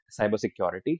cybersecurity